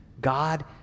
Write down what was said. God